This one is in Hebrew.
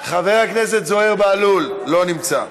חבר הכנסת זוהיר בהלול, לא נמצא.